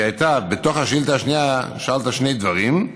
בתוך השאילתה השנייה שאלת שני דברים.